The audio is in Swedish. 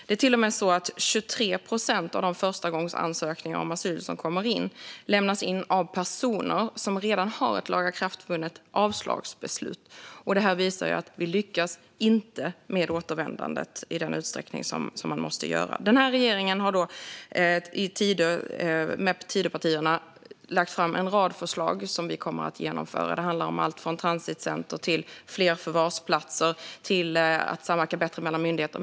Det är till och med så att 23 procent av de förstagångsansökningar om asyl som kommer in lämnas in av personer som redan har ett lagakraftvunnet avslagsbeslut. Detta visar att vi inte lyckas med återvändandet i den utsträckning som vi måste. Den här regeringen och Tidöpartierna har lagt fram en rad förslag som vi kommer att genomföra. Det handlar om alltifrån transitcenter till fler förvarsplatser och att samverka bättre mellan myndigheter.